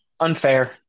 Unfair